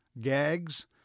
gags